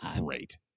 Great